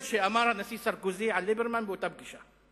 שאמר הנשיא סרקוזי על ליברמן באותה פגישה.